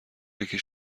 یکی